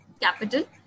capital